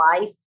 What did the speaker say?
life